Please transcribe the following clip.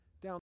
down